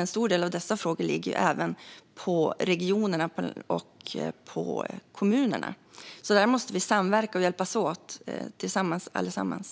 En stor del av dessa frågor ligger även på regionerna och kommunerna. Där måste vi samverka och hjälpas åt tillsammans.